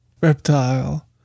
Reptile